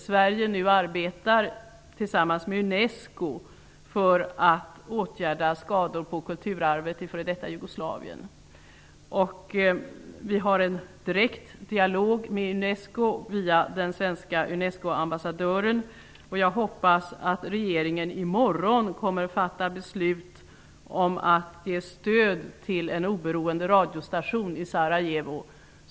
Sverige arbetar tillsammans med Unesco för att åtgärda skador på kulturarvet i f.d. Jugoslavien. Vi har en direkt dialog med Unesco via den svenska Unescoambassadören. Jag hoppas att regeringen i morgon kommer att fatta beslut om att ge stöd till en oberoende radiostation i Sarajevo.